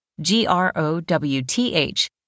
G-R-O-W-T-H